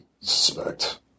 suspect